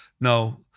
no